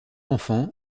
enfants